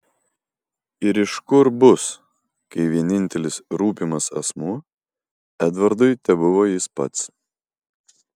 ir iš kur bus kai vienintelis rūpimas asmuo edvardui tebuvo jis pats